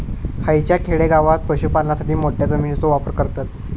हयच्या खेडेगावात पशुपालनासाठी मोठ्या जमिनीचो वापर करतत